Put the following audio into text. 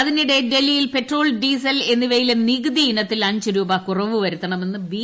അതിനിടെ ഡൽഹിയിൽ petrol diesel എന്നിവയിലെ നികുതിയിനത്തിൽ അഞ്ച് രൂപ കുറവു വരുത്തണമെന്ന് ബി